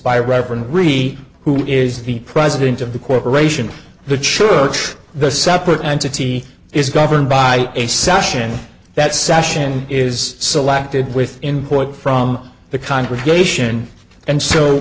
re who is the president of the corporation the church the separate entity is governed by a session that session is selected with input from the congregation and so